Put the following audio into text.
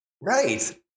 Right